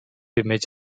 image